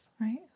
Right